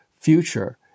future